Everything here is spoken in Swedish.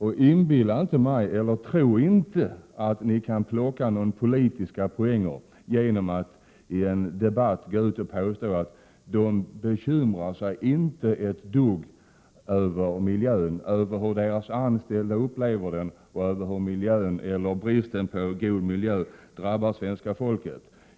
Tro inte att ni kan inbilla mig att det går att plocka några politiska poäng genom att i en debatt påstå att dessa företag inte bekymrar sig det allra minsta över miljön, hur deras anställda upplever den eller hur bristen på god miljö drabbar svenska folket!